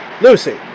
Lucy